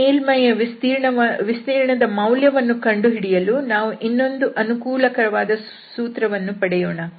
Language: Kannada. ಈ ಮೇಲ್ಮೈಯ ವಿಸ್ತೀರ್ಣದ ಮೌಲ್ಯವನ್ನು ಕಂಡುಹಿಡಿಯಲು ನಾವು ಇನ್ನೊಂದು ಅನುಕೂಲಕರವಾದ ಸೂತ್ರವನ್ನು ಪಡೆಯೋಣ